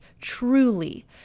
truly